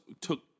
took